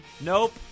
Nope